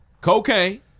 cocaine